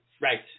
Right